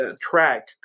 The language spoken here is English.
track